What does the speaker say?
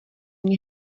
mně